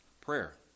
Prayer